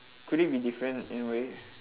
could it be different in a way